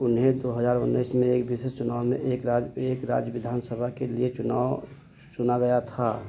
उन्हें दो हजार उन्नीस में एक विशेष चुनाव में एक राज्य एक राज्य विधानसभा के लिए चुनाव चुना गया था